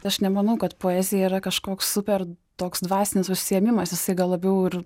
aš nemanau kad poezija yra kažkoks super toks dvasinis užsiėmimas jisai gal labiau ir